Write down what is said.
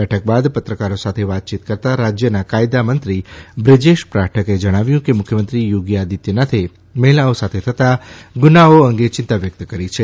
બેઠક બાદ પત્રકારો સાથે વાત કરતા રાજ્યના કાયદા મંત્રી બ્રજેશ પાઠકે કહ્યું કે મુખ્યમંત્રી યોગી આદિત્યનાથે મહિલાઓ સાથે થતા ગુનાઓ અંગે ચિંતા વ્યક્ત કરી છે